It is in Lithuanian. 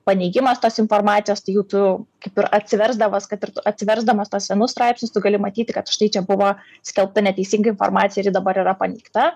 paneigimas tos informacijos jau tu kaip ir atsiversdamas kad ir atversdamas tuos senus straipsnius tu gali matyti kad štai čia buvo skelbta neteisinga informacija ir ji dabar yra paneigta